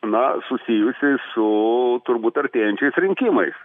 na susijusi su turbūt artėjančiais rinkimais